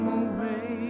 away